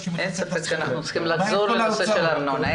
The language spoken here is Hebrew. אין ספק, אנחנו צריכים לחזור לנושא של הארנונה.